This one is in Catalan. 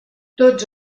tots